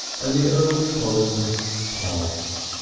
and the early coldness passed.